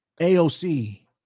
AOC